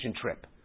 trip